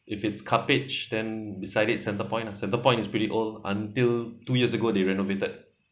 if it's cuppage then beside it centrepoint lah centrepoint is pretty old until two years ago they renovated